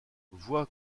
vois